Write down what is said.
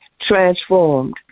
transformed